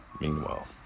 Meanwhile